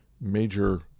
major